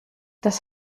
das